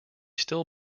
still